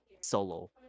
solo